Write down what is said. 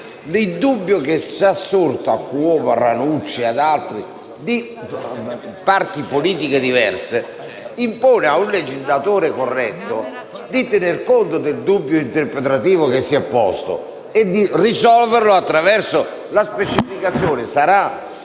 Il dubbio che è sorto ai colleghi Cuomo, Ranucci e ad altri sentori di parti politiche diverse impone a un legislatore corretto di tener conto del dubbio interpretativo che si è posto e di risolverlo attraverso la specificazione.